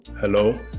Hello